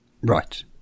Right